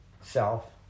self